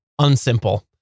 unsimple